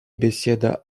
беседа